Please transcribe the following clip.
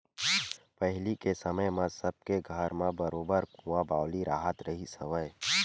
पहिली के समे म सब के घर म बरोबर कुँआ बावली राहत रिहिस हवय